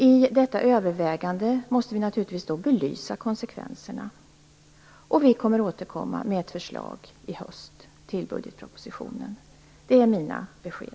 I detta övervägande måste vi naturligtvis belysa konsekvenserna. Vi kommer att återkomma med ett förslag i höst till budgetpropositionen. De är mina besked.